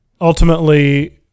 ultimately